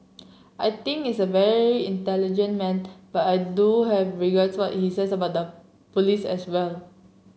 I think is a very intelligent man but I do have regard what he says about the police as well